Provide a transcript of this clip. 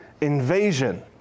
invasion